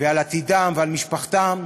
ועל עתידם ועל משפחתם,